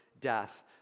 death